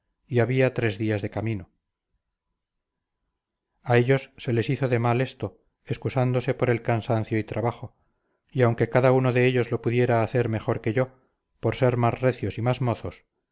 y había tres días de camino a ellos se les hizo de mal esto excusándose por el cansancio y trabajo y aunque cada uno de ellos lo pudiera hacer mejor que yo por ser más recios y más mozos